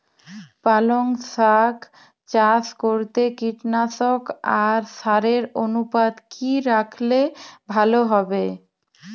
পালং শাক চাষ করতে কীটনাশক আর সারের অনুপাত কি রাখলে ভালো হবে?